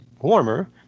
warmer